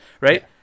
right